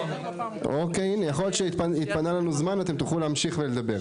יכול להיות שהתפנה לנו זמן ואתם תוכלו להמשיך לדבר.